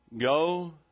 Go